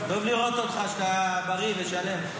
טוב לראות אותך שאתה בריא ושלם.